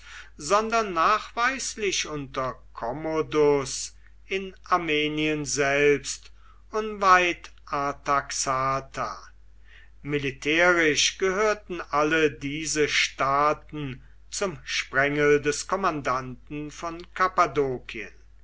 sondern nachweislich unter commodus in armenien selbst unweit artaxata militärisch gehörten alle diese staaten zum sprengel des kommandanten von